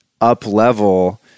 up-level